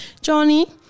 Johnny